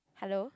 hello